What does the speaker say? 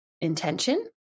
intention